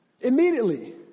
Immediately